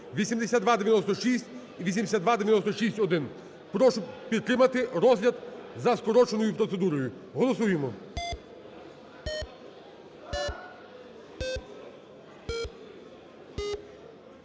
8296 і 8296-1. Прошу підтримати розгляд за скороченою процедурою. Голосуємо.